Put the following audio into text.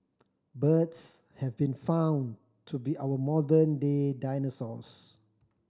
birds have been found to be our modern day dinosaurs